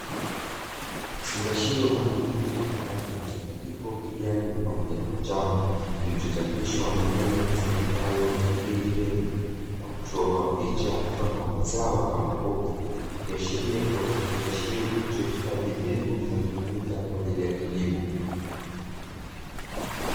Kifungashio maalumu chenye rangi mchanganyiko kijani pamoja na manjano, kilichochapishwa maneno yasomekayo "EAMbegu" na kuchorwa picha mfano wa mazao kama mboga, ikiashiria kuwa ni kifungashio kilichohifadhi mbegu zinazotumika kwa ajili ya kilimo.